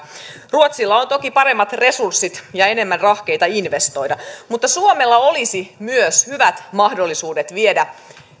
ruotsilla on toki paremmat resurssit ja enemmän rahkeita investoida mutta myös suomella olisi hyvät mahdollisuudet viedä